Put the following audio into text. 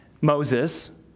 Moses